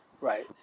right